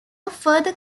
further